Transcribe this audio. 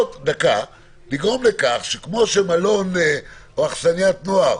לגרום לכך שכמו שמלון או אכסניית נוער